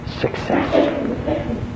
success